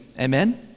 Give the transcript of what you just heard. amen